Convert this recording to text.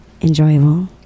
enjoyable